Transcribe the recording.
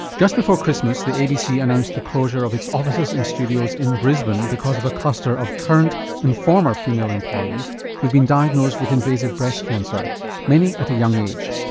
just before christmas the abc announced the closure of its offices and studios in brisbane because of a cluster of current and former female employees who have been diagnosed with invasive breast cancer many at a young age.